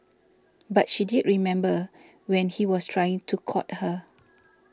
but she did remember when he was trying to court her